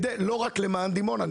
לא רק למען דימונה,